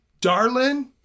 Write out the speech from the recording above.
darlin